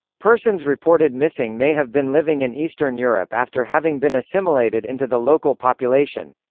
persons reported missing may have been living in eastern europe after having been assimilated into the local population.